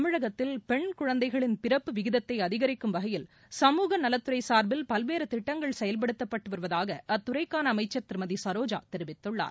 தமிழகத்தில் பெண் குழந்தைகளின் பிறப்பு விகிதத்தை அதிகரிக்கும் வகையில் சமூகநலத்துறை சார்பில் பல்வேறு திட்டங்கள் செயல்படுத்தப்பட்டு வருவதாக அத்துறைக்கான அமைச்சர் திருமதி சரோஜா தெரிவித்துள்ளார்